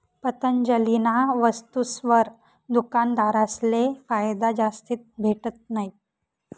पतंजलीना वस्तुसवर दुकानदारसले फायदा जास्ती भेटत नयी